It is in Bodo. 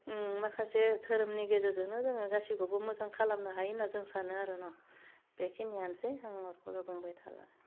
माखासे घोरोमनि गेजेरजोंनो जोङो गासिखौबो मोजां खालामनो हायो होन्ना जों सानो आरो ना बेखिनियानोसै आङो बारा बुंबाय थाला